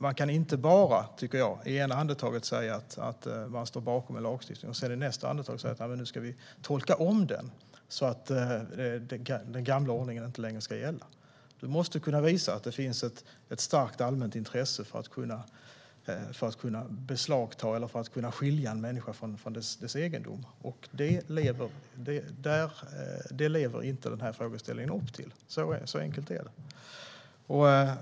Man kan inte, tycker jag, i ena andetaget säga att man står bakom en lagstiftning och i nästa andetag säga: Nu ska vi tolka om den, så att den gamla ordningen inte längre ska gälla. Du måste kunna visa att det finns ett starkt allmänt intresse av att kunna beslagta eller att kunna skilja människor från deras egendom. Det lever inte den här frågeställningen upp till. Så enkelt är det.